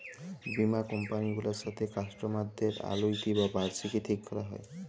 বীমা কমপালি গুলার সাথে কাস্টমারদের আলুইটি বা বার্ষিকী ঠিক ক্যরা হ্যয়